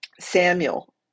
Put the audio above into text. Samuel